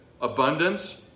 abundance